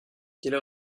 quelle